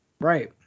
Right